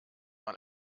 man